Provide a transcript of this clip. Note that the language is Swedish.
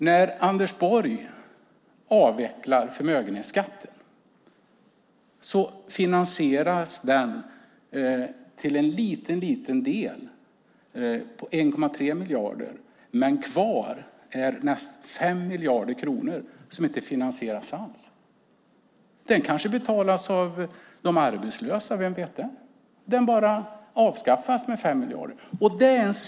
När Anders Borg avvecklar förmögenhetsskatten finansieras det till en liten del med 1,3 miljarder. Men kvar är 5 miljarder kronor som inte finansieras alls. Det kanske betalas av de arbetslösa, vem vet. Den bara avskaffas till en kostnad på 5 miljarder.